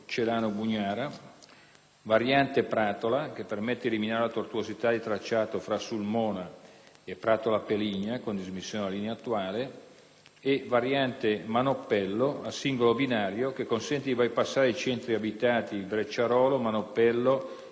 variante "Pratola" che permette di eliminare le tortuosità di tracciato fra Sulmona e Pratola Peligna, con dismissione della linea attuale; variante "Manoppello", a singolo binario, che consente di bypassare i centri abitati di Brecciarolo, Manoppello e Manoppello Scalo